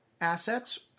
assets